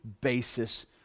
basis